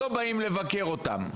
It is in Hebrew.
לא באים לבקר אותם,